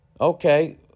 Okay